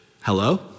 Hello